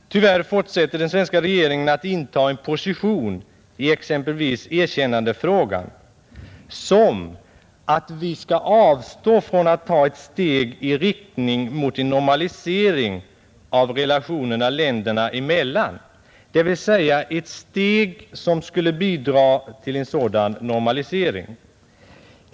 Tyvärr fortsätter den svenska regeringen att inta en position i exempelvis erkännandefrågan som innebär att vi skall avstå från att ta ett steg i riktning mot en normalisering av relationerna länderna emellan, dvs. ett steg som skulle bidra till en sådan normalisering.